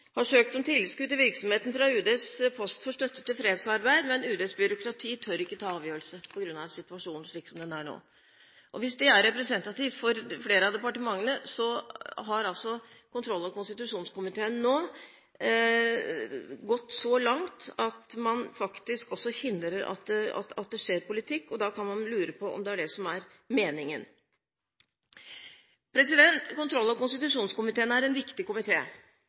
har søkt om tilskudd til virksomheten fra UDs post for støtte til fredsarbeid, men UDs byråkrati tør ikke ta avgjørelsen fordi situasjonen er slik den er nå. Hvis dette er representativt for flere av departementene, har altså kontroll- og konstitusjonskomiteen nå gått så langt at man faktisk også hindrer at det skjer politikk. Da kan man lure på om det er det som er meningen. Kontroll- og konstitusjonskomiteen er en viktig